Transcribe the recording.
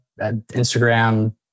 Instagram